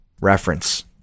reference